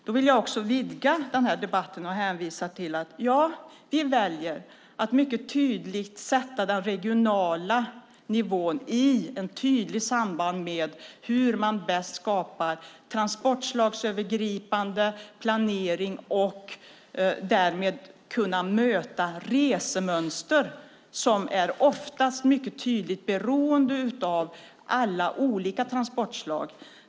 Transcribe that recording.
Låt mig då vidga debatten och säga: Ja, vi väljer att mycket tydligt sätta den regionala nivån i samband med hur man bäst skapar transportslagsövergripande planering. Därmed kan man möta resemönster som ofta är mycket beroende av alla olika transportslag.